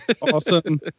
Awesome